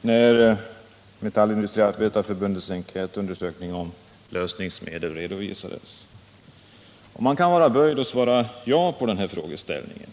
när Metallindustriarbetareförbundets enkätundersökning om lösningsmedel redovisades. Man kan vara böjd för att svara ja på den frågeställningen.